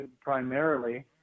primarily